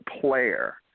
player